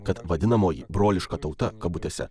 kad vadinamoji broliška tauta kabutėse